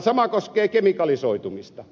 sama koskee kemikalisoitumista